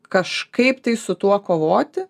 kažkaip tai su tuo kovoti